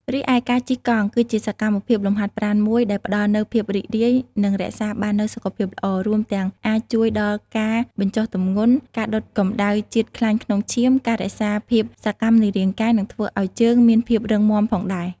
រីឯការជិះកង់ ក៏ជាសកម្មភាពលំហាត់ប្រាណមួយ ដែលផ្តល់នូវភាពរីករាយ និងរក្សាបាននូវសុខភាពល្អ រួមទាំងអាចជួយដល់ការបញ្ចុះទម្ងន់ ការដុតកម្តៅជាតិខ្លាញ់ក្នុងឈាម ការរក្សាភាពសកម្មនៃរាងកាយ និងធ្វើឱ្យជើងមានភាពរឹងមាំផងដែរ។